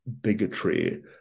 bigotry